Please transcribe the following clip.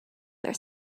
their